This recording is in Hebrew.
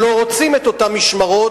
שלא רוצים את אותן משמרות,